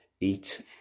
eat